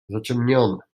zaciemnione